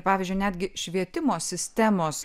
pavyzdžiui netgi švietimo sistemos